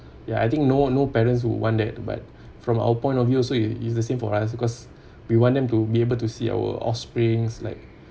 ya I think no no parents would want that but from our point of view so it it's the same for us because we want them to be able to see our offspring like